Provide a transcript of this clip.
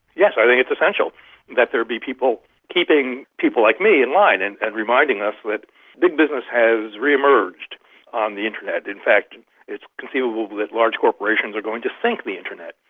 yes, i think it's essential that there be people keeping people like me in line, and and reminding us that big business has re-emerged on the internet. in fact and it's conceivable that large corporations are going to sink the internet,